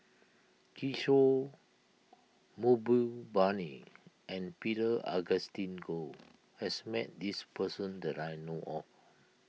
Kishore Mahbubani and Peter Augustine Goh has met this person that I know of